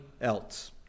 else